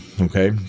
okay